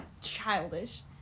childish